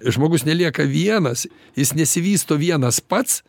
žmogus nelieka vienas jis nesivysto vienas pats